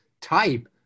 type